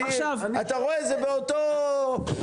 אתה רואה, זה אותו עניין.